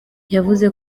yavuze